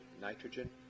nitrogen